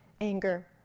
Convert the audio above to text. anger